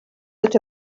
that